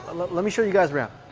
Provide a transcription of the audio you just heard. ah let let me show you guys around